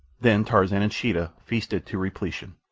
then tarzan and sheeta feasted to repletion.